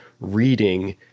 reading